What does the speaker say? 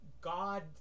God